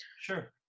Sure